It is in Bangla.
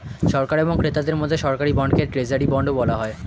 সরকার এবং ক্রেতার মধ্যে সরকারি বন্ডকে ট্রেজারি বন্ডও বলা হয়